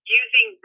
using